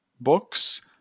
books